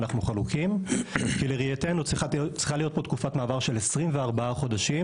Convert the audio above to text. אנחנו חלוקים כי לראייתנו צריכה להיות פה תקופת מעבר של 24 חודשים,